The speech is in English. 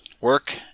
Work